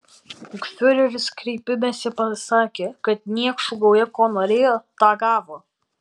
juk fiureris kreipimesi pasakė kad niekšų gauja ko norėjo tą gavo